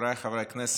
חבריי חברי הכנסת,